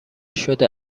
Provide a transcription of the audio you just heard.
شده